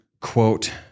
quote